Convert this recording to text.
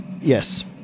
Yes